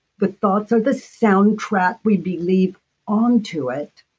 but thoughts or the soundtrack, we believe on to it.